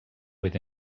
with